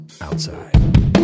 outside